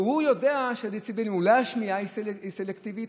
והוא יודע שהדציבלים, אולי השמיעה היא סלקטיבית?